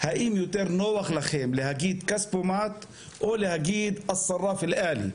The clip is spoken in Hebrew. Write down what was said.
האם יותר נוח לכם להגיד כספומט או להגיד אסרף אלעלי?